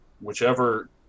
whichever